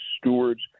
stewards